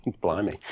Blimey